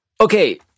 okay